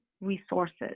resources